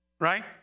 right